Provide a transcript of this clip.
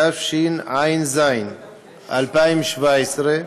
התשע"ז 2017,